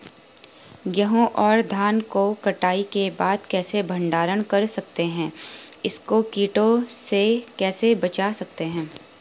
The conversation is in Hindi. गेहूँ और धान को कटाई के बाद कैसे भंडारण कर सकते हैं इसको कीटों से कैसे बचा सकते हैं?